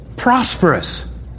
prosperous